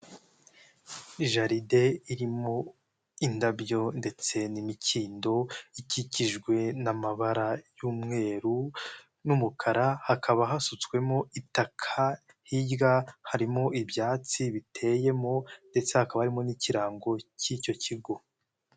Jaride irimo indabyo ndetse n'imikindo, ikikijwe n'amabara y'umweru n'umukara, hakaba hasutswemo itaka hirya harimo ibyatsi biteyemo ndetse hakaba harimo n'ikirango k'icyo kigo.